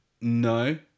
No